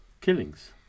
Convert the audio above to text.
killings